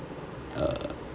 uh